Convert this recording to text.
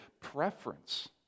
preference